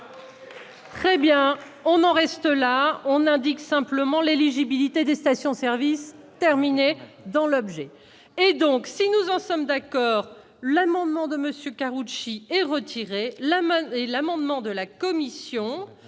Très bien, on en reste là, on indique simplement l'éligibilité des stations-service terminé dans l'objet et donc si nous en sommes d'accord, l'amendement de monsieur Karoutchi est retiré la main et l'amendement de la commission,